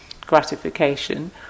gratification